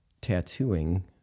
tattooing